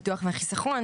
הביטוח והחיסכון,